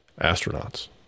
astronauts